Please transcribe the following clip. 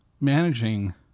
Managing